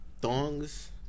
thongs